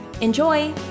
Enjoy